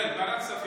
כן, ועדת הכספים.